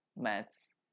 maths